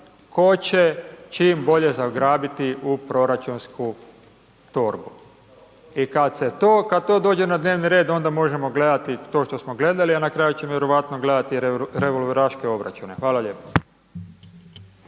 tko će čim bolje zagrabiti u proračunsku torbu. I kad to dođe na dnevni red onda možemo gledati to što smo gledali a na kraju ćemo vjerovatno gledati revolveraške obračune, hvala lijepa.